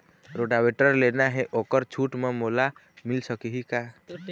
Rotavator लेना हे ओहर छूट म मोला मिल सकही का?